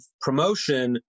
promotion